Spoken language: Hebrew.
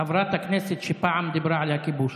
חברת הכנסת שפעם דיברה על הכיבוש.